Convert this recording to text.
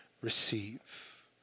receive